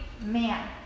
man